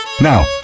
Now